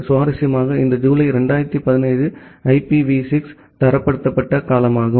சுவாரஸ்யமாக இது ஜூலை 2017 ஐபிவி 6 தரப்படுத்தப்பட்ட காலமாகும்